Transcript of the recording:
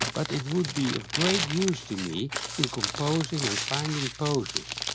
but it would be of great use to me in composing and finding poses,